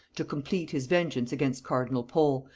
to complete his vengeance against cardinal pole,